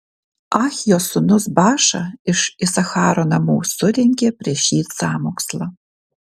ahijos sūnus baša iš isacharo namų surengė prieš jį sąmokslą